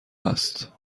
است